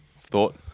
thought